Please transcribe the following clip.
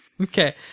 Okay